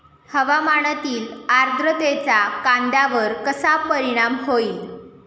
हवामानातील आर्द्रतेचा कांद्यावर कसा परिणाम होईल?